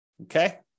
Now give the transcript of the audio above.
Okay